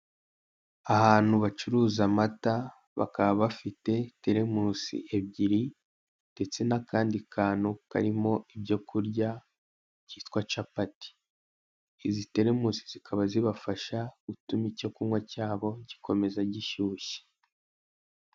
Ahantu bacuruza amata bakaba bafite teremusi ebyiri ndetse n'akandi kantu karimo ibyo kurya, byitwa capati izi teremuze zikaba zubafasha gutuma icyo kunywa cyabo gikomeza gishyushye.